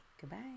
Goodbye